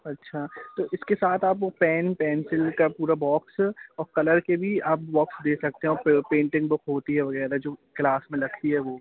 अच्छा तो इसके साथ आप वो पेन पेन्सिल का पूरा बॉक्स और कलर के भी आप बॉक्स दे सकते हैं और पेंटिंग बुक होती है वगैरह जो क्लास में लगती है वो भी